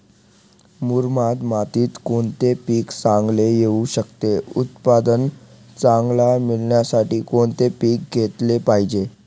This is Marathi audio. मुरमाड मातीत कोणते पीक चांगले येऊ शकते? उत्पादन चांगले मिळण्यासाठी कोणते पीक घेतले पाहिजे?